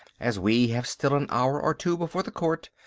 as we have still an hour or two before the court,